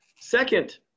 second